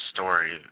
Story